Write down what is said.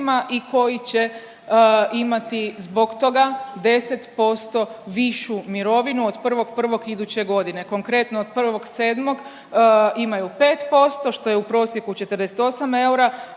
i koji će imati zbog toga 10% višu mirovinu od 1.1. iduće godine. Konkretno, od 1.7. imaju 5% što je u prosjeku 48 eura,